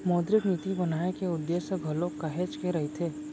मौद्रिक नीति बनाए के उद्देश्य घलोक काहेच के रहिथे